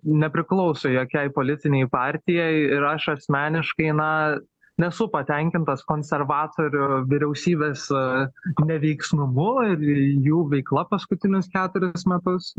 nepriklauso jokiai politinei partijai ir aš asmeniškai na nesu patenkintas konservatorių vyriausybės neveiksnumu ir jų veikla paskutinius keturis metus